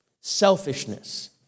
Selfishness